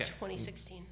2016